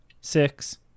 six